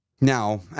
Now